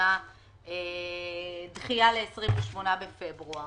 שזה דחייה ל-28 בפברואר.